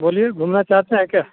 बोलिए घूमना चाहते हैं क्या